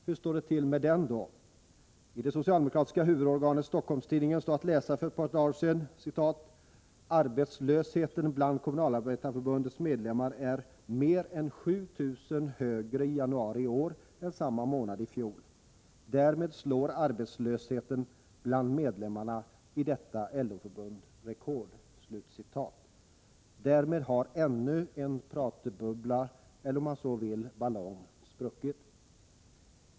Hur står det då till med den? I det socialdemokratiska huvudorganet Stockholms-Tidningen stod det att läsa för ett par dagar sedan: ”Arbetslösheten bland kommunalarbetarförbundets medlemmar är mer än 7000 högre i januari i år än samma månad i fjol. Därmed slår arbetslösheten bland medlemmarna i detta LO-förbund rekord.” Därmed har ännu en pratbubbla eller, om man så vill, ballong spruckit.